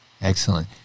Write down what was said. Excellent